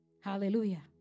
Hallelujah